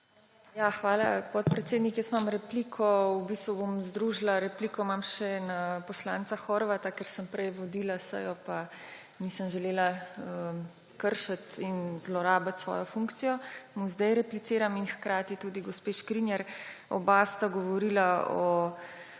Hvala, podpredsednik. Imam repliko, v bistvu bom združila. Repliko imam še na poslanca Horvata, ker sem prej vodila sejo, pa nisem želela kršiti in zlorabiti svoje funkcije, mu zdaj repliciram, in hkrati tudi gospe Škrinjar. Oba sta govorila o